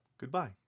goodbye